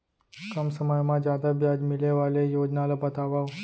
कम समय मा जादा ब्याज मिले वाले योजना ला बतावव